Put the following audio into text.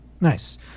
nice